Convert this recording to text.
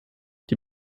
die